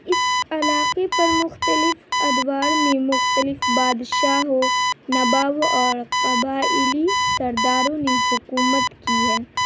اس علاقے پر مختلف ادوار میں مختلف بادشاہوں نوابوں اور قبائلی سرداروں نے حکومت کی ہے